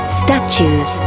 statues